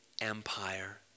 empire